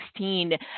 2016